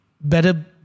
better